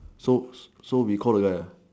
so so we call the guy ah